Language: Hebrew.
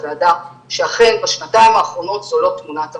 לוועדה שאכן בשנתיים האחרונות זו לא תמונת המצב.